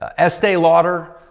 ah estee lauder,